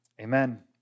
Amen